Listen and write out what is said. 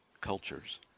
cultures